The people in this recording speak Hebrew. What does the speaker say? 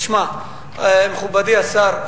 מכובדי השר,